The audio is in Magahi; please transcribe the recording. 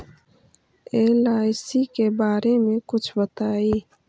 एल.आई.सी के बारे मे कुछ बताई?